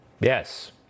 Yes